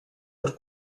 per